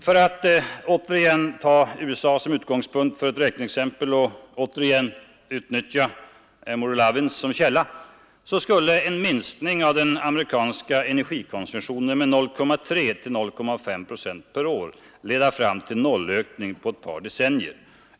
Om jag åter tar USA som utgångspunkt för ett räkneexempel och ännu en gång utnyttjar Amory Lovins som källa, kan jag nämna att en minskning av den amerikanska energikonsumtionen med 0,3—0,5 procent per år skulle leda fram till nollökning på ett par decennier.